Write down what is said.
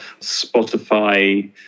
Spotify